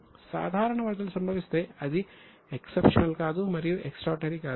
సాధారణ వరదలు సంభవిస్తే అది ఎక్సెప్షనల్ కాదు మరియు ఎక్స్ట్రార్డినరీ కాదు